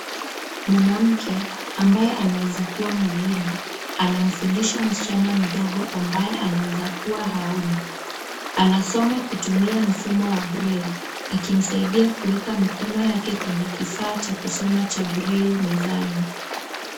Mwanamke ambaye anaweza kua mwalimu, anamfundisha msichana mdogo ambaye anaweza kua haoni. Anasoma kutumia mfumo wa braille , akimsaidia kueka mikono yake kwenye kifaa cha kusoma cha braille mezani.